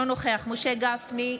אינו נוכח משה גפני,